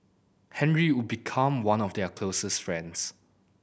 Henry would become one of their closest friends